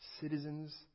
citizens